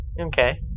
Okay